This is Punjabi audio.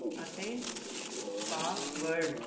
ਅਤੇ ਪਾਸਵਰਡ